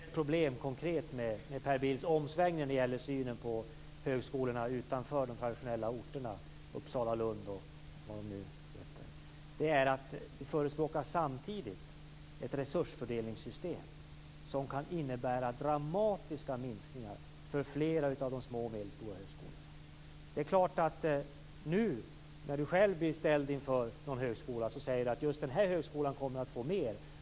Fru talman! Det finns ett konkret problem med Per Bills omsvängning när det gäller synen på högskolorna utanför de traditionella orterna som Uppsala och Lund. Han förespråkar samtidigt ett resursfördelningssystem som kan innebära dramatiska minskningar för flera av de små och medelstora högskolorna. Nu när Per Bill blir ställd inför frågan om en viss högskola, säger han att just den högskolan kommer att få mer.